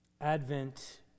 Advent